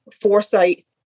foresight